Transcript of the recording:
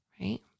Right